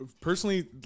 Personally